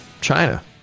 china